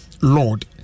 Lord